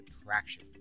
attraction